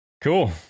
Cool